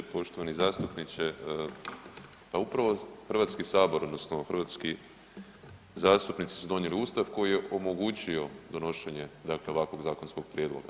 Poštovani zastupniče pa upravo Hrvatski sabor odnosno hrvatski zastupnici su donijeli Ustav koji je omogućio donošenje dakle ovakvog zakonskog prijedloga.